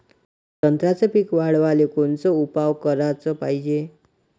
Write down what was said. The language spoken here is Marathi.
संत्र्याचं पीक वाढवाले कोनचे उपाव कराच पायजे?